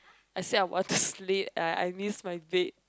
I said I was asleep and I miss my bed